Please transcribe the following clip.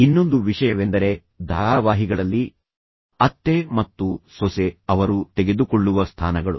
ಇನ್ನೊಂದು ವಿಷಯವೆಂದರೆ ಧಾರಾವಾಹಿಗಳಲ್ಲಿ ಅತ್ತೆ ಮತ್ತು ಸೊಸೆ ಅವರು ತೆಗೆದುಕೊಳ್ಳುವ ಸ್ಥಾನಗಳು